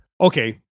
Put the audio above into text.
Okay